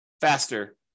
faster